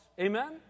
amen